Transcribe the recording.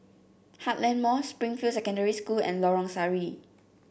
Heartland Mall Springfield Secondary School and Lorong Sari